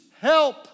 Help